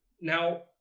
now